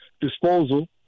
disposal